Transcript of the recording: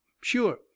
sure